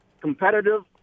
competitive